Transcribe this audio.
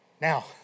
Now